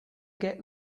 get